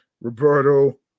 Roberto